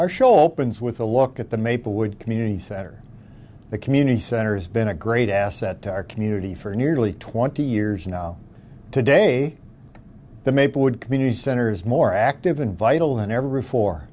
our show pins with a look at the maplewood community center the community centers been a great asset to our community for nearly twenty years now today the maplewood community centers more active than vital than ever before